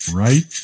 right